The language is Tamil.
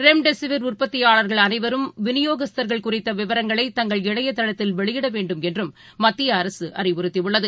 ரெம்டெசிவிர் உற்பத்தியாள்கள் அனைவரும் விநியோகஸ்தர்கள் குறித்தவிவரங்களை தங்கள் இணையதளத்தில் வெளியிடவேண்டும் என்றும் மத்தியஅரசுஅறிவறுத்தியுள்ளது